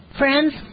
Friends